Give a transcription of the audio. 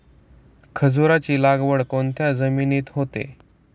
खजूराची लागवड कोणत्या जमिनीत होते?